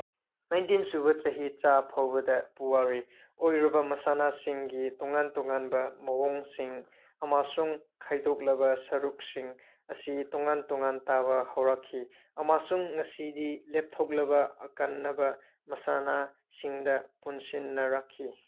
nineteen ꯁꯨꯕ ꯆꯍꯤꯆꯥ ꯐꯥꯎꯕꯗ ꯄꯨꯋꯥꯔꯤ ꯑꯣꯏꯔꯕ ꯃꯁꯥꯟꯅꯁꯤꯡꯒꯤ ꯇꯣꯉꯥꯟ ꯇꯣꯉꯥꯟꯕ ꯃꯑꯣꯡꯁꯤꯡ ꯑꯃꯁꯨꯡ ꯈꯥꯏꯗꯣꯛꯂꯕ ꯁꯔꯨꯛꯁꯤꯡ ꯑꯁꯤ ꯇꯣꯉꯥꯟ ꯇꯣꯉꯥꯟ ꯇꯥꯕ ꯍꯧꯔꯛꯈꯤ ꯑꯃꯁꯨꯡ ꯉꯁꯤꯗꯤ ꯂꯦꯞꯊꯣꯛꯂꯕ ꯑꯈꯟꯅꯕ ꯃꯁꯥꯟꯅꯁꯤꯡꯗ ꯄꯨꯟꯁꯤꯟꯅꯔꯛꯈꯤ